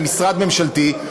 על משרד ממשלתי,